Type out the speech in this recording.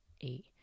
eight